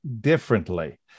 differently